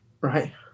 Right